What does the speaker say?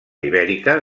ibèrica